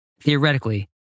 Theoretically